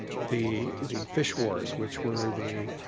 the the fish wars which were the